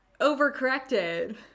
overcorrected